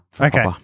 okay